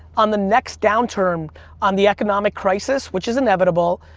on the next downturn on the economic crisis, which is inevitable,